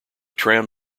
tram